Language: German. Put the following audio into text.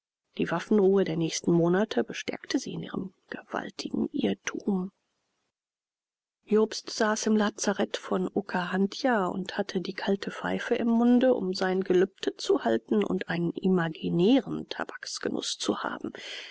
die waffenruhe der nächsten monate bestärkte sie in ihrem gewaltigen irrtum jobst saß im lazarett von okahandja und hatte die kalte pfeife im munde um sein gelübde zu halten und einen imaginären tabaksgenuß zu haben